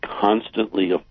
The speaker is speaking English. constantly